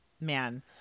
Man